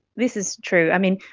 this is true. i mean,